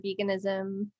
veganism